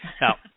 Now